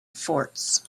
forts